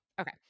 Okay